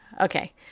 Okay